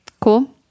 Cool